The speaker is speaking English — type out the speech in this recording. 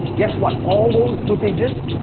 guess what? all those footages,